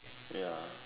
ya